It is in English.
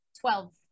Twelve